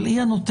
אבל היא הנותנת.